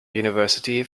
university